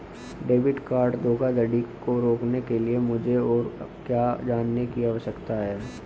Debit card धोखाधड़ी को रोकने के लिए मुझे और क्या जानने की आवश्यकता है?